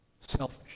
selfish